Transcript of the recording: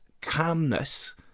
calmness